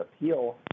appeal